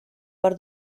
per